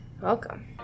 Welcome